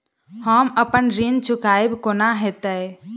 हम अप्पन ऋण चुकाइब कोना हैतय?